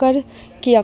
کر کیا